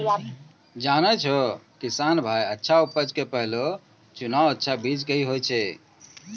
जानै छौ किसान भाय अच्छा उपज के पहलो चुनाव अच्छा बीज के हीं होय छै